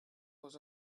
was